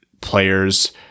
players